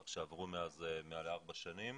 כך שעברו מאז מעל ארבע שנים,